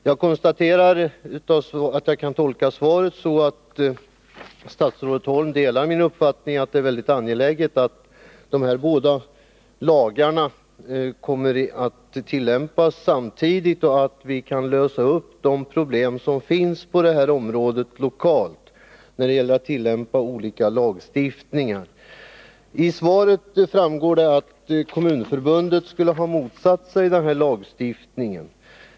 Jag tolkar svaret på min fråga så att statsrådet Holm delar min uppfattning, att det är mycket angeläget att dessa båda lagar kommer att tillämpas samtidigt och att vi kan lösa de problem som finns på det här området lokalt när det gäller att tillämpa olika lagar. Av svaret framgår att Kommunförbundet skulle ha motsatt sig denna lagstiftning.